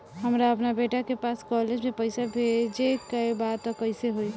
हमरा अपना बेटा के पास कॉलेज में पइसा बेजे के बा त कइसे होई?